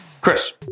Chris